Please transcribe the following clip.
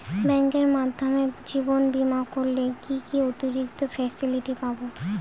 ব্যাংকের মাধ্যমে জীবন বীমা করলে কি কি অতিরিক্ত ফেসিলিটি পাব?